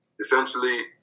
essentially